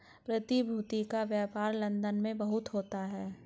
प्रतिभूति का व्यापार लन्दन में बहुत होता है